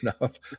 enough